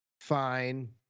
Fine